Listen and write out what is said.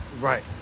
right